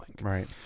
right